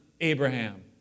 Abraham